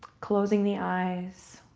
closing the eyes.